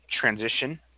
transition